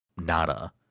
Nada